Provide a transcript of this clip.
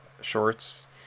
shorts